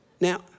now